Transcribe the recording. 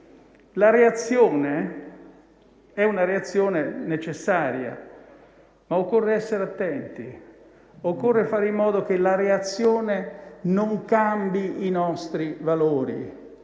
la reazione è necessaria, ma occorre essere attenti, occorre fare in modo che la reazione non cambi i nostri valori,